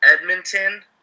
Edmonton